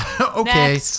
Okay